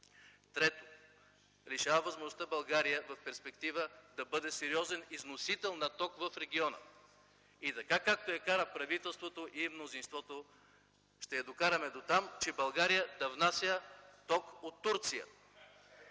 Трето, лишава от възможността България в перспектива да бъде сериозен износител на ток в региона. И така, както я карат правителството и мнозинството, ще я докараме дотам, че България да внася ток от Турция.